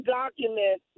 document